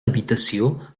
habitació